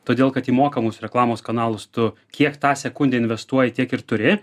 todėl kad į mokamus reklamos kanalus tu kiek tą sekundę investuoji tiek ir turi